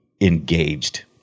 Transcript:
engaged